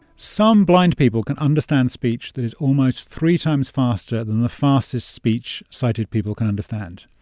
some blind people can understand speech that is almost three times faster than the fastest speech sighted people can understand.